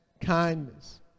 kindness